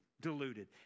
deluded